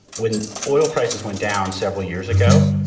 when oil prices went down several years ago,